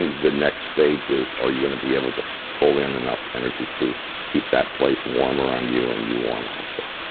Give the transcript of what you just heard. the next stages. are you going to be able to pull in enough energy to keep that place warmer on you and you warm also?